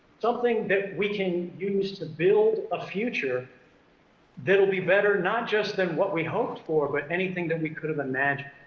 something that we can use to build a future that'll be better not just than what we hoped for but anything that we could have imagined.